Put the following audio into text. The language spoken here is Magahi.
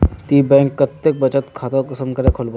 ती बैंक कतेक बचत खाता कुंसम करे खोलबो?